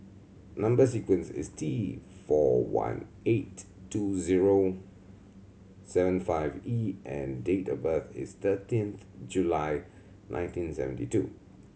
number sequence is T four one eight two zero seven five E and date of birth is thirteenth July nineteen seventy two